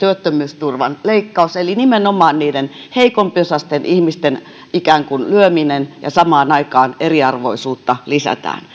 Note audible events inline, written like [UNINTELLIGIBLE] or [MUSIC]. [UNINTELLIGIBLE] työttömyysturvan leikkaus eli nimenomaan niiden heikompiosaisten ihmisten ikään kuin lyöminen ja samaan aikaan eriarvoisuutta lisätään